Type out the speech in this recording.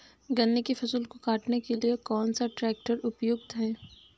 गन्ने की फसल को काटने के लिए कौन सा ट्रैक्टर उपयुक्त है?